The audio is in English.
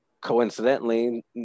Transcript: coincidentally